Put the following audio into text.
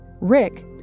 Rick